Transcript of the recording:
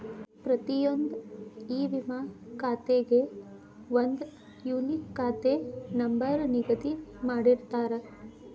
ಪ್ರತಿಯೊಂದ್ ಇ ವಿಮಾ ಖಾತೆಗೆ ಒಂದ್ ಯೂನಿಕ್ ಖಾತೆ ನಂಬರ್ ನಿಗದಿ ಮಾಡಿರ್ತಾರ